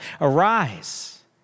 arise